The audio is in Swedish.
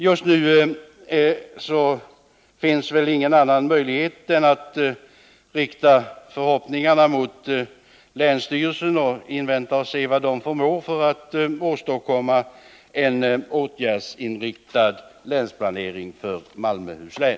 Just nu finns väl ingen annan möjlighet än att sätta förhoppningarna till länsstyrelsen och vänta och se vad den förmår när det gäller att åstadkomma en åtgärdsinriktad länsplanering för Malmöhus län.